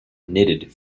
knitted